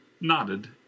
nodded